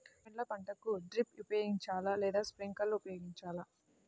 పండ్ల పంటలకు డ్రిప్ ఉపయోగించాలా లేదా స్ప్రింక్లర్ ఉపయోగించాలా?